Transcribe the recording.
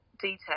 detail